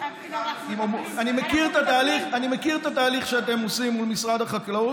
אני מכיר את התהליך שאתם עושים מול משרד החקלאות,